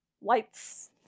lights